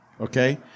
okay